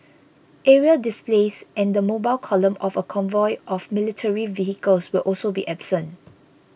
aerial displays and the mobile column of a convoy of military vehicles will also be absent